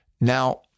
Now